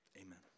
Amen